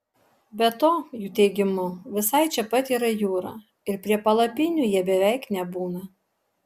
be to jų teigimu visai čia pat yra jūra ir prie palapinių jie beveik nebūna